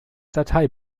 datei